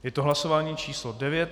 Je to hlasování číslo 9.